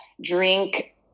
drink